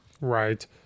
Right